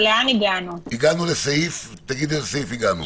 הגענו לסעיף תגיד לאיזה סעיף הגענו.